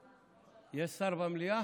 יש שר במליאה?